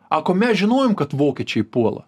ako mes žinojom kad vokiečiai puola